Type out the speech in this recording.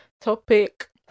topic